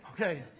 Okay